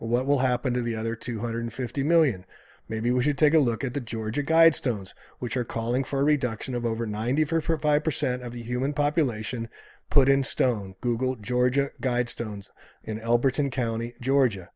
what will happen to the other two hundred fifty million maybe we should take a look at the georgia guidestones which are calling for a reduction of over ninety for five percent of the human population put in stone google georgia guidestones in albertson county georgia